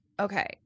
Okay